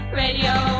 radio